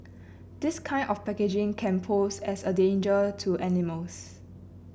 this kind of packaging can pose as a danger to animals